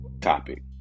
topic